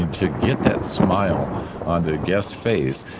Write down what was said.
and to get that smile on the guest's face,